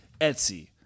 Etsy